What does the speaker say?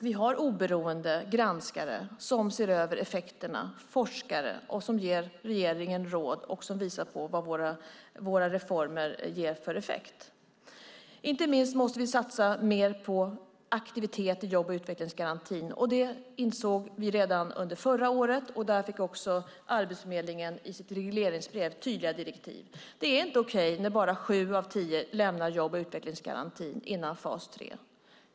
Vi har oberoende granskare som ser över effekterna, forskare som ger regeringen råd och som visar på vad våra reformer ger för effekt. Inte minst måste vi satsa mer på aktivitet i jobb och utvecklingsgarantin. Det insåg vi redan under förra året. Då fick också Arbetsförmedlingen i sitt regleringsbrev tydliga direktiv. Det är inte okej när bara sju av tio lämnar jobb och utvecklingsgarantin innan fas 3.